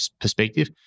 perspective